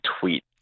tweet